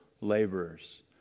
laborers